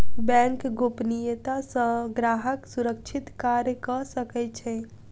bank गोपनियता सॅ ग्राहक सुरक्षित कार्य कअ सकै छै